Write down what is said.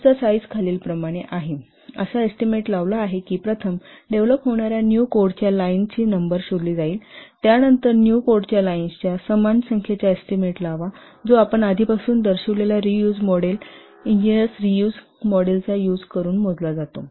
कोडचा साईज खालीलप्रमाणे आहे असा एस्टीमेट लावला आहे की प्रथम डेव्हलप होणाऱ्या न्यू कोडच्या लाईनची नंबर शोधली जाईल त्यानंतर न्यू कोडच्या लाईनच्या समान संख्येचा एस्टीमेट लावा जो आपण आधीपासून दर्शविलेल्या रीयूज मॉडेल चा यूज करून मोजला आहे